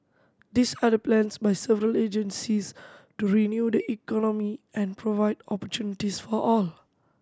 these are the plans by several agencies to renew the economy and provide opportunities for all